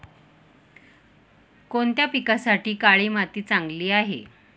कोणत्या पिकासाठी काळी माती चांगली आहे?